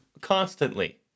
constantly